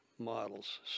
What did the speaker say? Models